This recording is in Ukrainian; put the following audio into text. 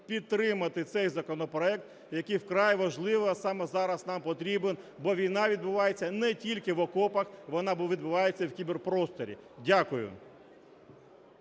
підтримати цей законопроект, який вкрай важливо саме зараз нам потрібен, бо війна відбувається не тільки в окопах, вона відбувається і в кіберпросторі. Дякую.